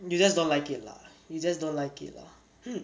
you just don't like it lah you just don't like it lah hmm